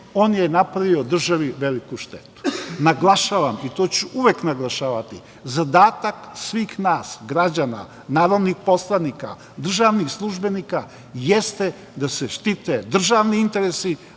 on je napravio državi veliku štetu. Naglašavam, i to ću uvek naglašavati, zadatak svih nas građana, narodnih poslanika, državnih službenika jeste da se štite državni interesi,